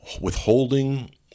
withholding